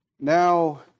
now